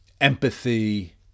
empathy